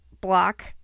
block